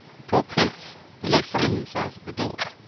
poor pigs who lay sunning themselves at the door!